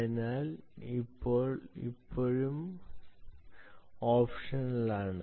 അതിനാൽ അത് ഇപ്പോഴും ഓപ്ഷണലാണ്